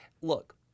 Look